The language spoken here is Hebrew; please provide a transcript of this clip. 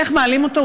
איך מעלים אותו,